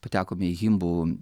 patekome į himbu